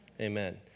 Amen